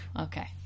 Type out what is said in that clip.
okay